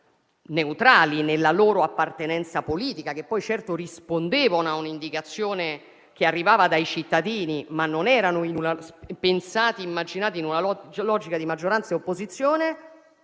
neutrali nella loro appartenenza politica, pur rispondendo a un'indicazione che arrivava dai cittadini, ma che non erano immaginati in una logica di maggioranza e opposizione,